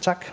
Tak.